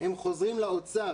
‏הם חוזרים לאוצר.